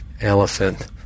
elephant